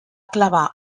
clavar